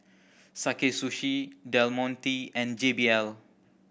Sakae Sushi Del Monte and J B L